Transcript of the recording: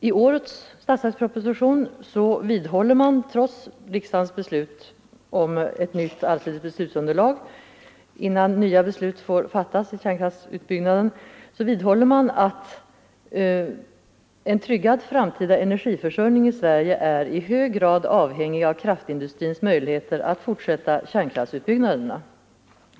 I årets statsverksproposition vidhåller man — trots riksdagens beslut om ett nytt, allsidigt beslutsunderlag innan nya beslut får fattas om kärnkraftsutbyggnad — att en ”tryggad framtida energiförsörjning i Sverige är ——— i hög grad avhängig av kraftindustrins möjligheter att fortsätta kärnkraftutbyggnaderna”.